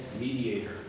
mediator